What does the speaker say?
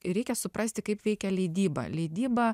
reikia suprasti kaip veikia leidyba leidyba